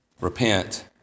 repent